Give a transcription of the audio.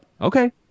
okay